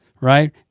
right